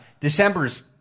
December's –